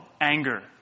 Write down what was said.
anger